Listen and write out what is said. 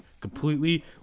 completely